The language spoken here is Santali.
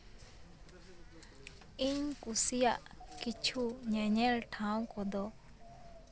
ᱤᱧ ᱠᱩᱥᱤᱭᱟᱜ ᱠᱤᱪᱷᱩ ᱧᱮᱧᱮᱞ ᱴᱷᱟᱶ ᱠᱚᱫᱚ